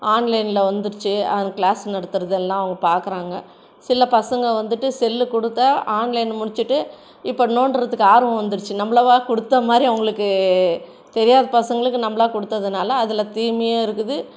ஆன்லைன்ல வந்துடுச்சு அங்கே கிளாஸ் நடத்துகிறதெல்லாம் அவங்க பார்க்குறாங்க சில பசங்கள் வந்துட்டு செல்லு கொடுத்தா ஆன்லைன் முடிச்சிட்டு இப்போ நோண்டுறதுக்கு ஆர்வம் வந்துடுச்சு நம்மளவா கொடுத்தமாரி அவங்களுக்கு தெரியாத பசங்களுக்கு நம்மளா கொடுத்ததனால அதில் தீமையும் இருக்குது